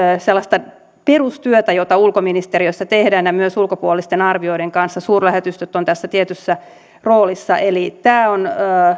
sellaista perustyötä jota ulkoministeriössä tehdään ja myös ulkopuolisten arvioiden kanssa suurlähetystöt ovat tässä tietyssä roolissa eli tämä on